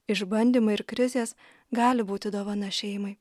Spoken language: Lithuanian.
išbandymai ir krizės gali būti dovana šeimai